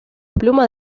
plumas